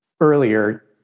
earlier